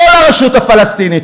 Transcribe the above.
לא לרשות הפלסטינית,